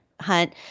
hunt